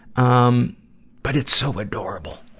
um but it's so adorable.